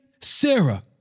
Sarah